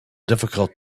difficult